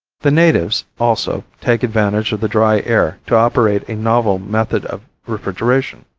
the natives, also, take advantage of the dry air to operate a novel method of refrigeration.